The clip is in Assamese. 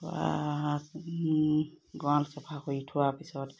গঁৰাল চফা কৰি থোৱাৰ পিছত